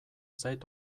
zait